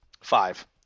five